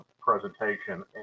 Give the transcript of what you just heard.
presentation